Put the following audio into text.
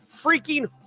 freaking